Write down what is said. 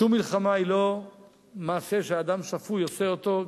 שום מלחמה היא לא מעשה שאדם שפוי עושה אותו,